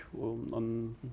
on